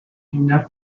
tina